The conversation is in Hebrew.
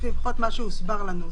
לפחות מה שהוסבר לנו.